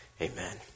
Amen